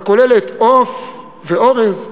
הכוללת עוף ואורז,